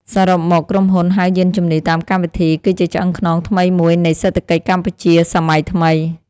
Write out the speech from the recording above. សរុបមក ក្រុមហ៊ុនហៅយានជំនិះតាមកម្មវិធី គឺជាឆ្អឹងខ្នងថ្មីមួយនៃសេដ្ឋកិច្ចកម្ពុជាសម័យថ្មី។